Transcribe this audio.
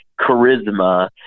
charisma